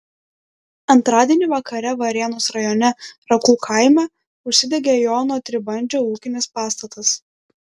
antradienį vakare varėnos rajone rakų kaime užsidegė jono tribandžio ūkinis pastatas